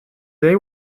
they